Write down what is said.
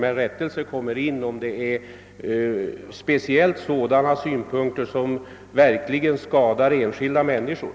En rättelse kommer in, speciellt om den avser sådant som bedömes skada enskilda människor.